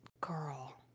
girl